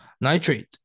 nitrate